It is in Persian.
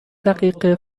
دقیقه